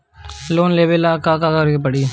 Loan लेबे ला का करे के पड़ी?